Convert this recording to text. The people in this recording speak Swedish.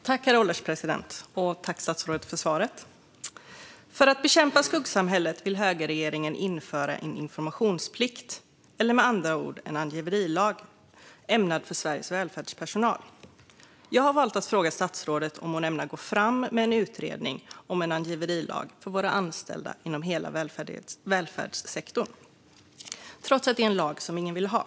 Herr ålderspresident! Jag tackar statsrådet för svaret. För att bekämpa skuggsamhället vill högerregeringen införa en informationsplikt, eller med andra ord en angiverilag, ämnad för Sveriges välfärdspersonal. Jag har valt att fråga statsrådet om hon ämnar gå fram med en utredning om en angiverilag för anställda inom hela välfärdssektorn trots att det är en lag som ingen vill ha.